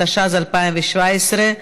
התשע"ז 2017,